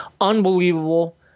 Unbelievable